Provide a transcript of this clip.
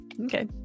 Okay